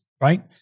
right